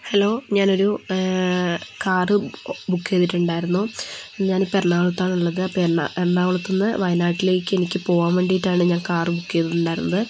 hello ഞാനൊരു car book ചെയ്തിട്ടുണ്ടായിരുന്നു ഞാൻ ഇപ്പോൾ എറണാകുളത്താണ് ഉള്ളത് അപ്പോൾ എറണാകുളത്ത് നിന്ന് വയനാട്ടിലേക്ക് എനിക്ക് പോകാൻ വേണ്ടീട്ടാണ് ഞാൻ കാറ് ബുക്ക് ചെയ്തിട്ടുണ്ടായിരുന്നത്